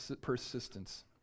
persistence